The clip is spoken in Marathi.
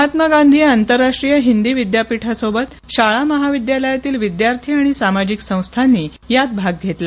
महात्मा गांधी आंतरराष्ट्रीय हिंदी विद्यापीठासोबत शाळा महाविद्यालयातील विद्यार्थी आणि सामाजिक संस्थांनी यात भाग घेतला